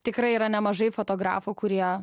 tikrai yra nemažai fotografų kurie